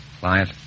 client